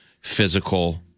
physical